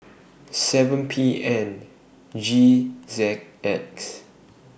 seven P N G Z X